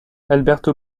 alberto